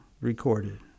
recorded